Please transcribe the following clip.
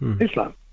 Islam